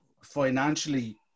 Financially